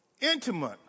intimate